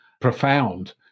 profound